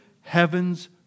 heaven's